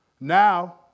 Now